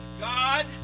God